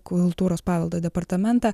kultūros paveldo departamentą